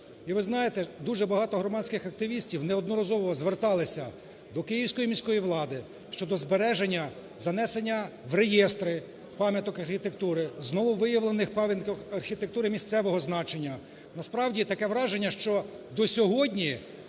І ви знаєте, дуже багато громадських активісті неодноразово зверталися до київської міської влади щодо збереження занесення в реєстри пам'яток архітектури, знову виявлених пам'яток архітектури місцевого значення. Насправді, таке враження, що до сьогодні